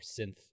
synth